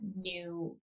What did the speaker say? new